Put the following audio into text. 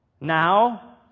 Now